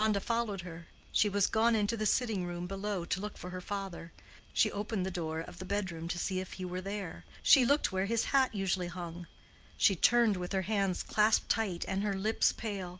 deronda followed her she was gone into the sitting-room below to look for her father she opened the door of the bedroom to see if he were there she looked where his hat usually hung she turned with her hands clasped tight and her lips pale,